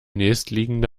nächstliegende